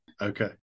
Okay